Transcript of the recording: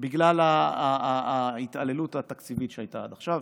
בגלל ההתעללות התקציבית שהייתה עד עכשיו,